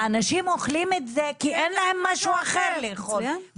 האנשים אוכלים את זה כי אין להם משהו אחר לאכול.